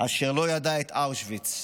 אשר לא ידע את אושוויץ.